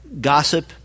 gossip